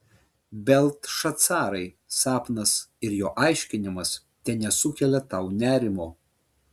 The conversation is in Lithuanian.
beltšacarai sapnas ir jo aiškinimas tenesukelia tau nerimo